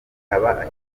aba